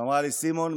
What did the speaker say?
ואמרה לי: סימון,